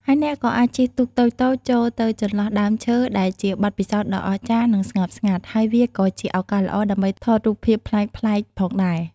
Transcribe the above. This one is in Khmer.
ហើយអ្នកក៏អាចជិះទូកតូចៗចូលទៅចន្លោះដើមឈើ ដែលជាបទពិសោធន៍ដ៏អស្ចារ្យ និងស្ងប់ស្ងាត់ ហើយវាក៏ជាឱកាសល្អដើម្បីថតរូបភាពប្លែកៗផងដែរ។